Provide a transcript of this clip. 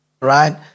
Right